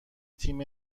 تیم